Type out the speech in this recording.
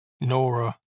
Nora